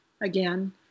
again